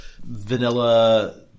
vanilla